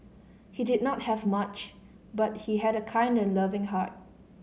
he did not have much but he had a kind and loving heart